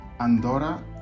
Andorra